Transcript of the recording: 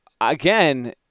again